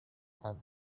and